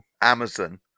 Amazon